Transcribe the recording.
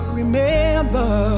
remember